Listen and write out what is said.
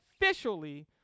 officially